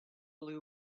blue